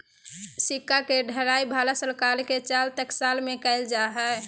सिक्का के ढलाई भारत सरकार के चार टकसाल में कइल जा हइ